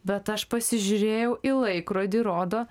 bet aš pasižiūrėjau į laikrodį rodo